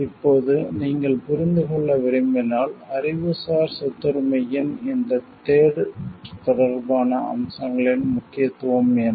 இப்போது நீங்கள் புரிந்து கொள்ள விரும்பினால் அறிவுசார் சொத்துரிமையின் இந்த டிரேட் வர்த்தகம் தொடர்பான அம்சங்களின் முக்கியத்துவம் என்ன